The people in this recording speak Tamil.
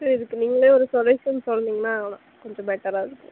சார் இதுக்கு நீங்களே ஒரு சொல்யூஷன் சொன்னிங்கன்னா கொஞ்சம் பெட்டராயிருக்கும்